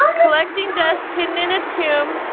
collecting dust hidden in a tomb.